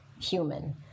human